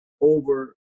over